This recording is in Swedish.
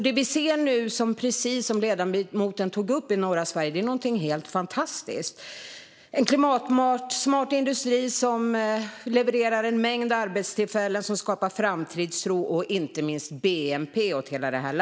Det vi ser nu i norra Sverige är, precis som ledamoten tog upp, något helt fantastiskt: en klimatsmart industri som levererar en mängd arbetstillfällen som skapar framtidstro och inte minst bnp åt hela detta land.